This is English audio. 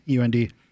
UND